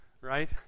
right